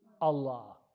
Allah